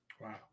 Wow